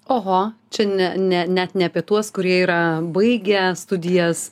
oho čia ne ne net ne apie tuos kurie yra baigę studijas